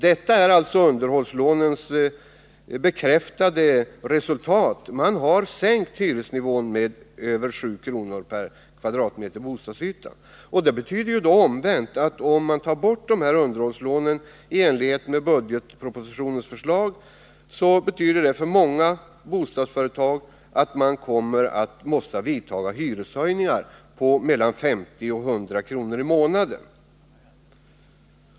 Det är alltså en bekräftelse på resultatet av underhållslånen. Omvänt betyder det att ett borttagande av underhållslånen i enlighet med budgetpropositionens förslag tvingar många bostadsföretag till hyreshöjningar på mellan 50 och 100 kr. per månad.